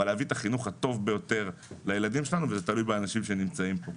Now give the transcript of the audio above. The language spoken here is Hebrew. להביא את החינוך הטוב ביותר לילדים שלנו וזה תלוי באנשים שנמצאים כאן.